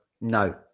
No